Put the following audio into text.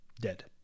dead